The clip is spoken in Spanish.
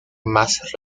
más